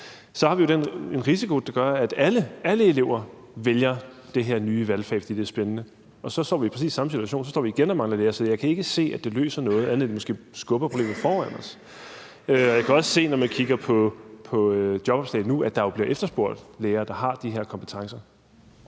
har vi jo den risiko, at alle elever vælger det her nye valgfag, fordi det er spændende, og så står vi i præcis samme situation, for så står vi igen og mangler lærere. Så jeg kan ikke se, at det løser noget, andet end at vi skubber problemet foran os. Jeg kan også se, når man kigger på jobopslag nu, at der jo bliver efterspurgt lærere, der har de her kompetencer.